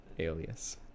alias